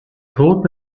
tod